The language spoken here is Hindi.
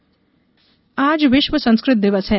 संस्कत दिवस आज विश्व संस्कृत दिवस है